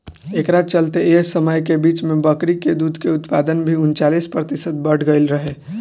एकरा चलते एह समय के बीच में बकरी के दूध के उत्पादन भी उनचालीस प्रतिशत बड़ गईल रहे